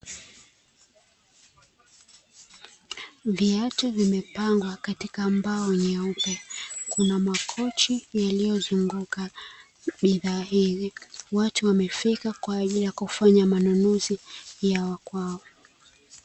Viatu vimepangwa katika mbao nyeupe, kuna makochi yaliyozunguka bidhaa hiyo, watu wamefika kwa ajili ya kufanya manunuzi ya kwao.